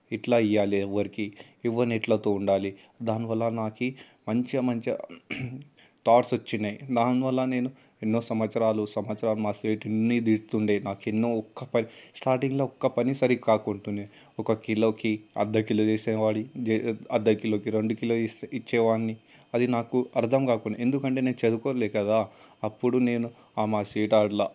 ఇట్లా ఇయ్యాలే ఎవ్వరికి ఎవ్వనితో ఎట్లా ఉండాలి దానివల్ల నాకు మంచిగా మంచిగా థాట్స్ వచ్చినాయి దానివల్ల నేను ఎన్నో సంవత్సరాలు సంవత్సరాలు మా సేటునే తిట్టుండే నాకు ఎన్నో ఒక్క పని స్టార్టింగ్లో ఒక్క పని సరి కాకుంటేనే ఒక కిలోకి అర్ధ కిలో చేసేవాడిని అర్థ కిలోకి రెండు కిలోలు ఇస్ ఇచ్చేవాడిని నాకు అది అర్థం కాకుండా ఎందుకంటే నేను చదువుకోలేదు కదా అప్పుడు నేను మా మా సేటు అట్లా